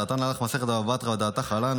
דעתן עלך מסכת בבא בתרא ודעתך עלן.